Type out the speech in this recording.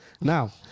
Now